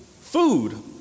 food